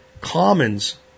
commons